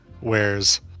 wears